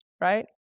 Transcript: right